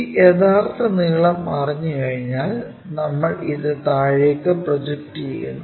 ഈ യഥാർത്ഥ നീളം അറിഞ്ഞുകഴിഞ്ഞാൽ നമ്മൾ ഇത് താഴേക്ക് പ്രൊജക്റ്റ് ചെയ്യുന്നു